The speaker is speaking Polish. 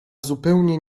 zupełnie